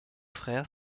frères